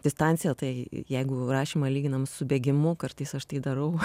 distancija tai jeigu rašymą lyginam su bėgimu kartais aš tai darau